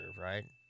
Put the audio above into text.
right